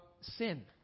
sin